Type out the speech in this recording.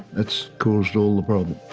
that's caused all the problem.